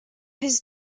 his